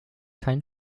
kein